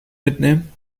mitnehmen